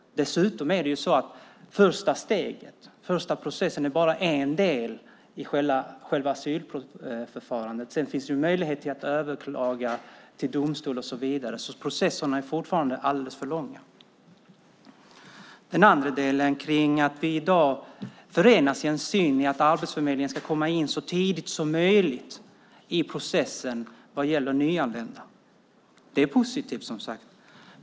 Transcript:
Dessutom är första steget, första processen, bara en del i själva asylförfarandet. Sedan finns möjligheten att överklaga till domstol och så vidare, så processen är fortfarande alldeles för lång. Det andra - att vi i dag förenas i synen att Arbetsförmedlingen så tidigt som möjligt ska komma in i processen för nyanlända - är, som sagt, positivt.